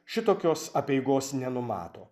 šitokios apeigos nenumato